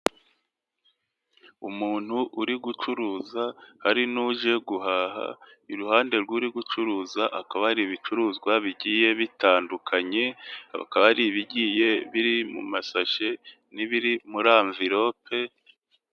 Umuntu uri gucuruza hari n'uje guhaha iruhande rw'uri gucuruza hakaba hari ibicuruzwa bigiye bitandukanye, hari ibigiye biri mu masashe n'ibiri muri amvilope.